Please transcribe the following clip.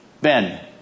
Ben